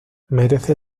merece